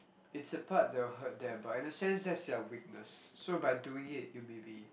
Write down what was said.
it's a part that will hurt them but in a sense that's their weakness so by doing it it will be